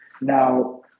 Now